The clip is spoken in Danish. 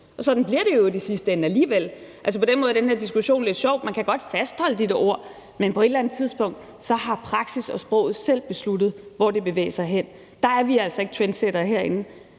og sådan bliver det i øvrigt i sidste ende alligevel. På den måde er den her diskussion lidt sjov. Man kan godt fastholde de der ord, men på et eller andet tidspunkt har praksis og sproget selv besluttet, hvor de vil bevæge sig hen. Der er vi altså ikke trendsættere herinde,